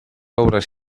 obras